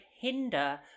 hinder